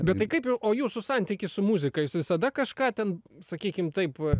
bet tai kaip jau o jūsų santykis su muzika jūs visada kažką ten sakykim taip